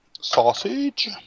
sausage